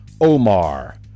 Omar